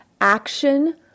action